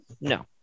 no